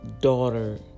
daughter